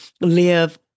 live